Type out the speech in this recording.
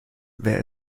wer